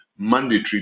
Mandatory